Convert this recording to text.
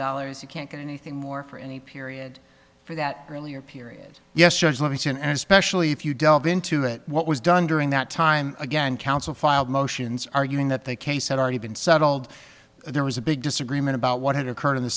dollars you can't get anything more for any period for that earlier period yes judge livingston and especially if you delve into it what was done during that time again counsel filed motions arguing that they case had already been settled there was a big disagreement about what had occurred in the